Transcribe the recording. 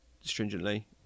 stringently